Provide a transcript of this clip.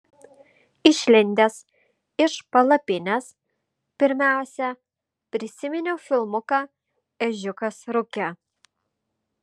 išlindęs iš palapinės pirmiausia prisiminiau filmuką ežiukas rūke